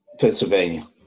Pennsylvania